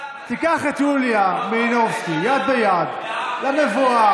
תיקח את יוליה מלינובסקי יד ביד למבואה.